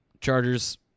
Chargers